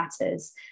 matters